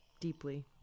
deeply